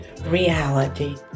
reality